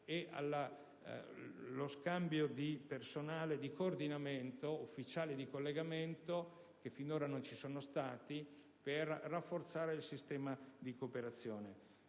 e allo scambio di personale di coordinamento (ufficiali di collegamento), fino a questo momento assente, per rafforzare il sistema di cooperazione.